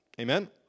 Amen